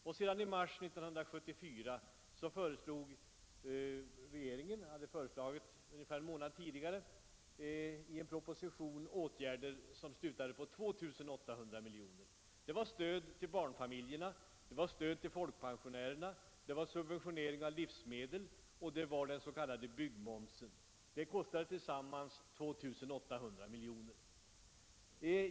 I februari 1974 lade regeringen fram en proposition med förslag till åtgärder som tillsammans kostade 2 800 milj.kr. Man föreslog stöd till barnfamiljerna och folkpensionärerna, subventionering av livsmedel och restitution av byggmoms.